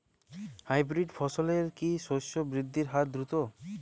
Hybrid ফসলের কি শস্য বৃদ্ধির হার দ্রুত?